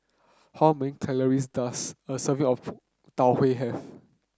how many calories does a serving of Tau Huay have